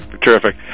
Terrific